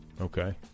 Okay